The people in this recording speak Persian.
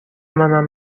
منم